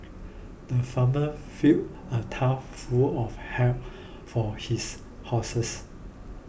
the farmer filled a tough full of hay for his horses